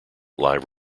live